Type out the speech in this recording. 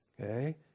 okay